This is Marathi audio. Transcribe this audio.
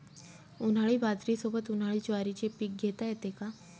उन्हाळी बाजरीसोबत, उन्हाळी ज्वारीचे पीक घेता येते का?